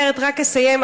רק אסיים,